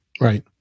Right